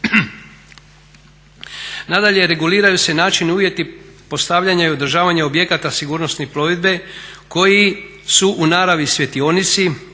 Nadalje, reguliraju se način i uvjeti postavljanja i održavanja objekata sigurnosne plovidbe koji su u naravi svjetionici,